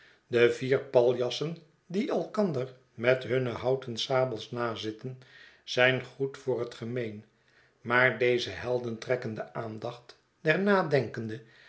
de vier paljassen die elkander met hunne houten sabels nazitten zijn goed voor het gemeen maar deze helden trekken de aandacht der nadenkende